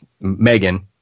Megan